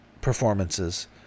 performances